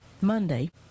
Monday